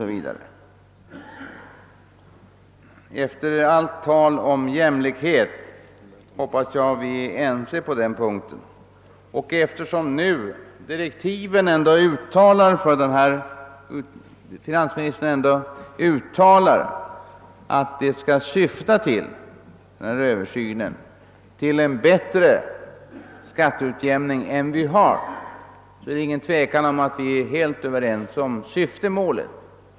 s. v. Efter allt tal som här förts om jämlikhet hoppas jag att vi är ense på den punkten. Eftersom finansministern i sina direktiv uttalar att översynen skall syfta till en bättre skatteutjämning än den nuvarande är det inget tvivel om att vi är helt överens om syftemålet.